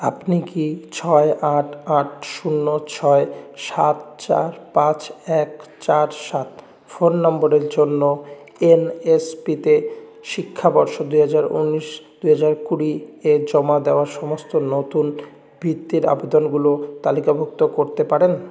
আপনি কি ছয় আট আট শূন্য ছয় সাত চার পাঁচ এক চার সাত ফোন নাম্বারের জন্য এম এস পিতে শিক্ষাবর্ষ দু হাজার উনিশ দু হাজার কুড়ি এ জমা দেওয়া সমস্ত নতুন বৃত্তির আবেদনগুলো তালিকাভুক্ত করতে পারেন